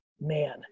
man